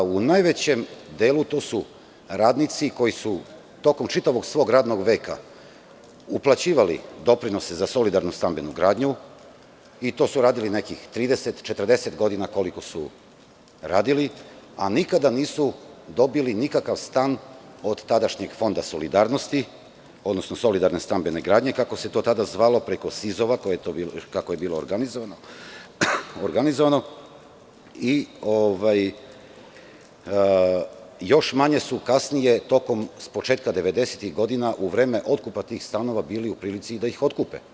U najvećem delu to su radnici koji su tokom čitavog svog radnog veka uplaćivali doprinose za solidarnu stambenu gradnju i to su radili nekih 30, 40 godina koliko su radili, a nikada nisu dobili nikakav stan od tadašnjeg Fonda solidarnosti, odnosno solidarne stambene gradnje kako se to tada zvalo, preko SIZ-ova kako je bilo organizovano i još manje su kasnije s početka 90-ih godina, u vreme otkupa tih stanova bili u prilici da ih otkupe.